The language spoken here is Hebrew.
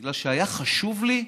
בגלל שהיה חשוב לי ההתנצלות,